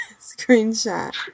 screenshot